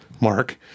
Mark